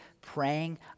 praying